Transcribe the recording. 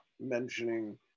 mentioning